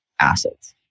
assets